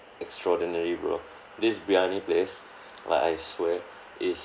extraordinary bro this briyani place like I swear is